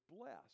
blessed